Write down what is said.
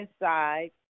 inside